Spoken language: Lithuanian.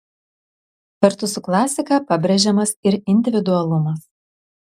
kartu su klasika pabrėžiamas ir individualumas